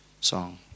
song